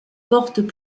portent